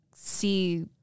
see